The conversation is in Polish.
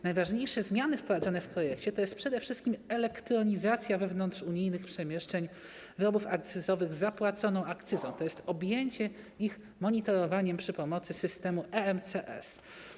Najważniejsze zmiany wprowadzone w projekcie to jest przede wszystkim elektronizacja wewnątrzunijnych przemieszczeń wyrobów akcyzowych z zapłaconą akcyzą, objęcie ich monitorowaniem za pomocą systemu EMCS.